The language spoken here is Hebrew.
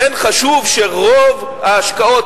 לכן חשוב שרוב ההשקעות,